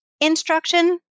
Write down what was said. instruction